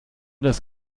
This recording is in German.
das